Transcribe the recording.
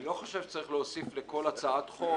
אני לא חושב שצריך להוסיף לכל הצעת חוק